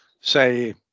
say